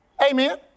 Amen